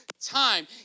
time